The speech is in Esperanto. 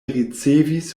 ricevis